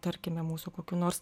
tarkime mūsų kokių nors